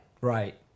Right